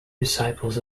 disciples